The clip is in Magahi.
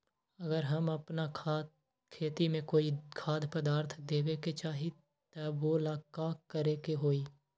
अगर हम अपना खेती में कोइ खाद्य पदार्थ देबे के चाही त वो ला का करे के होई?